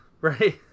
Right